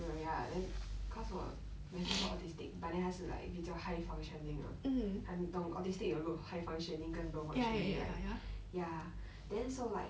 oh ya then cause 我每次说 autistic but then 他是 like 比较 high functioning 的你懂 autistic 有 lo~ high functioning 跟 low functioning right ya then so like